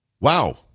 Wow